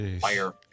fire